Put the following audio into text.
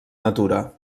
natura